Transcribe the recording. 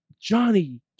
Johnny